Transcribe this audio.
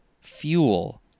Fuel